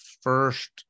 first